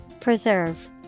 Preserve